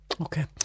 Okay